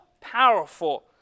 powerful